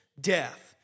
death